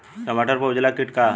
टमाटर पर उजला किट का है?